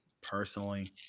personally